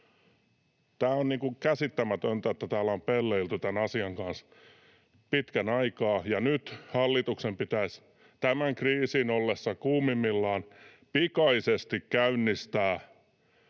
On käsittämätöntä, että täällä on pelleilty tämän asian kanssa pitkän aikaa. Nyt hallituksen pitäisi tämän kriisin ollessa kuumimmillaan pikaisesti käynnistää